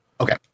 okay